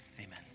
Amen